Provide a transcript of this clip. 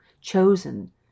chosen